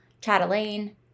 Chatelaine